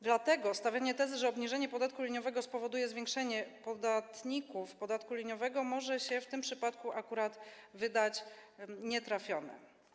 Dlatego stawianie tezy, że obniżenie podatku liniowego spowoduje zwiększenie liczby podatników podatku liniowego, może się w tym przypadku akurat wydać nietrafione.